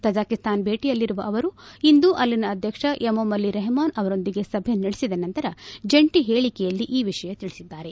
Tajikistan ಭೇಟಿಯಲ್ಲಿರುವ ಅವರು ಇಂದು ಅಲ್ಲಿನ ಅಧ್ಯಕ್ಷ ಎಮೊಮಲಿ ರಹಮೋನ್ ಅವರೊಂದಿಗೆ ಸಭೆ ನಡೆಸಿದ ನಂತರ ಜಂಟಿ ಹೇಳಿಕೆಯಲ್ಲಿ ಈ ವಿಷಯ ತಿಳಿಸಿದ್ದಾರೆ